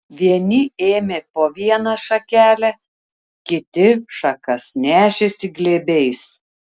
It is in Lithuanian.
vieni ėmė po vieną šakelę kiti šakas nešėsi glėbiais